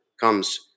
comes